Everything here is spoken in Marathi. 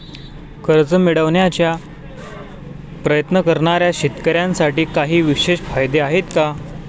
कर्ज मिळवण्याचा प्रयत्न करणाऱ्या शेतकऱ्यांसाठी काही विशेष फायदे आहेत का?